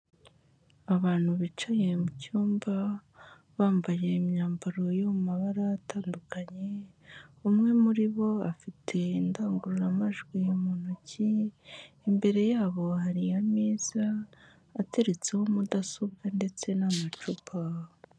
Abantu bicaye mu cyumba bambaye imyambaro yo mu mabara atandukanye, umwe muri bo afite indangururamajwi mu ntoki, imbere yabo hari ameza ateretseho mudasobwa ndetse n'amacupa.